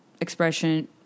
expression